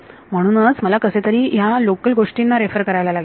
म्हणूनच मला कसेतरी ह्या लोकल गोष्टींना रेफर करायला लागेल बरोबर